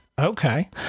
Okay